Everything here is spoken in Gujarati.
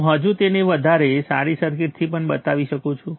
હું હજુ તેને વધારે સારી સર્કિટથી પણ બતાવી શકું છું